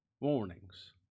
warnings